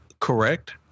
correct